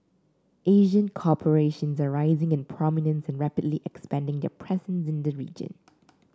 Asian corporations are rising in prominence and rapidly expanding their presence in the region